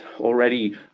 already